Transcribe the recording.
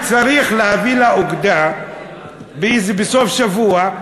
צריך להביא לה אוגדה בסוף השבוע,